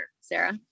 Sarah